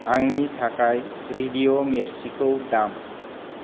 आंनि थाखाय रेडिय' मिरचिखौ दाम